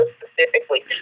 specifically